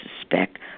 suspect